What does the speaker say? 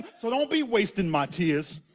so don't be wasting my tears.